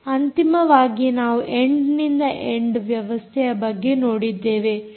ಅಂತಿಮವಾಗಿ ನಾವು ಎಂಡ್ ನಿಂದ ಎಂಡ್ ವ್ಯವಸ್ಥೆಯ ಬಗ್ಗೆ ನೋಡಿದ್ದೇವೆ